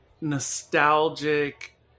nostalgic